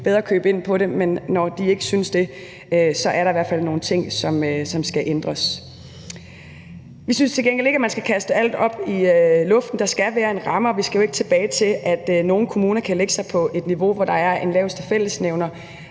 bedre købe ind på det, men når de ikke synes det, er der i hvert fald nogle ting, som skal ændres. Kl. 16:08 Vi synes til gengæld ikke, at man skal kaste alt op i luften, for der skal være en ramme, og vi skal jo ikke tilbage til, at nogle kommuner kan lægge sig på et niveau, hvor der er en laveste fællesnævner.